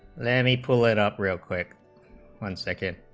many pull it up real quick one second